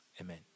amen